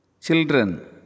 Children